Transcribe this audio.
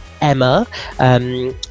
Emma